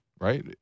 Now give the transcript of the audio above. right